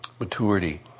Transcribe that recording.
Maturity